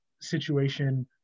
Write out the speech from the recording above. situation